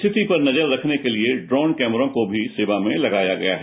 स्थिति पर नजर रखने के लिए ड्रोन कैमरा को भी सेवा में लगाया गया है